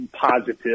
positive